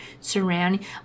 surrounding